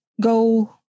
go